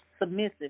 submissive